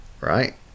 right